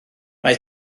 mae